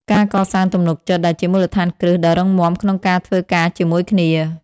ការកសាងទំនុកចិត្ត ដែលជាមូលដ្ឋានគ្រឹះដ៏រឹងមាំក្នុងការធ្វើការជាមួយគ្នា។